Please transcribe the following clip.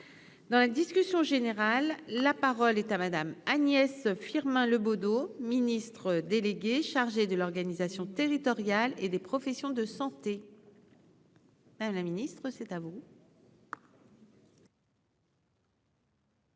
dans la discussion générale, la parole est à Madame Agnès. Hein Le Bodo, ministre déléguée chargée de l'organisation territoriale et des professions de santé. La Ministre c'est à vous.